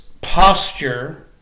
posture